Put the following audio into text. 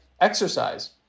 exercise